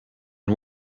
and